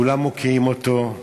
כולם מוקיעים אותו,